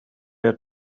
had